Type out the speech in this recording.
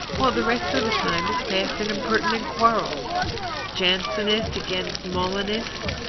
all the rest of the time is passed in impertinent quarrels jansenist against molinist,